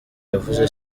yavuze